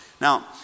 Now